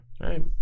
Right